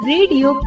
Radio